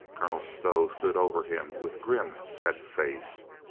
colonel stow stood over him with grim, set face.